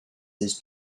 his